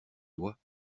doigts